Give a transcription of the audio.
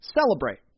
celebrate